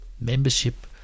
membership